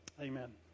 Amen